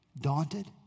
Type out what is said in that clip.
daunted